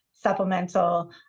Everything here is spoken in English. Supplemental